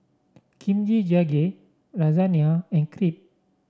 Kimchi Jjigae Lasagne and Crepe